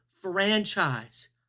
franchise